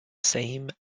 same